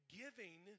giving